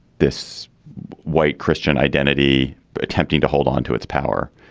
this white christian identity attempting to hold onto its power.